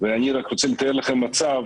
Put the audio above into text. אני רק רוצה לתאר לכם מצב